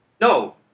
No